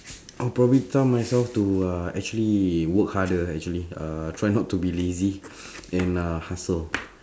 I'll probably tell myself to uh actually work harder actually uh try not to be lazy and uh hustle